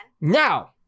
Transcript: Now